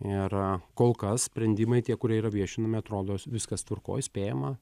ir kol kas sprendimai tie kurie yra viešinami atrodo is viskas tvarkoj spėjama